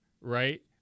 right